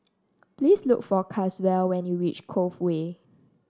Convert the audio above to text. please look for Caswell when you reach Cove Way